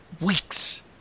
Weeks